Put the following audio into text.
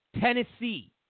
Tennessee